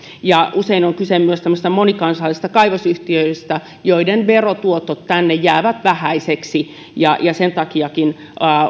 ja usein on kyse myös monikansallisista kaivosyhtiöistä joiden verotuotot tänne jäävät vähäisiksi sen takiakin